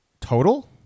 Total